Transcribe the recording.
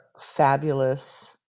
fabulous